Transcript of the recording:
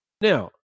Now